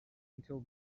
until